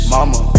Mama